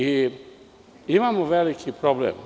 Imamo veliki problem.